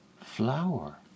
flower